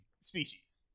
species